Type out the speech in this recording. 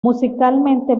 musicalmente